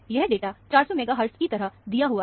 यह data 400 megahertz की तरह दिया हुआ है